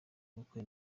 ubukwe